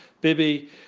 Bibi